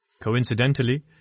Coincidentally